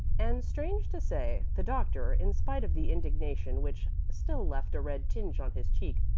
and strange to say, the doctor, in spite of the indignation which still left a red tinge on his cheek,